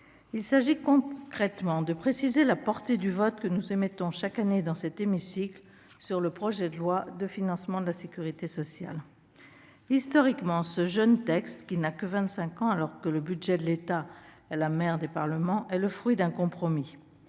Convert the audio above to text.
Il s'agit donc concrètement de préciser la portée du vote que nous émettons chaque année dans cet hémicycle sur le projet de loi de financement de la sécurité sociale. Historiquement, ce jeune texte, qui n'a que vingt-cinq ans, alors que le budget de l'État est la mère des parlements, est le fruit d'un compromis.